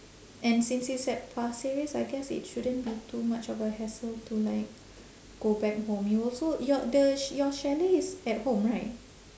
and since it's at pasir ris I guess it shouldn't be too much of a hassle to like go back home you also your the ch~ your chalet is at home right